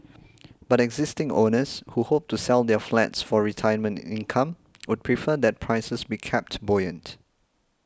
but existing owners who hope to sell their flats for retirement income would prefer that prices be kept buoyant